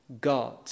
God